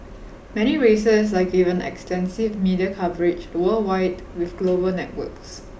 many races are given extensive media coverage worldwide with global networks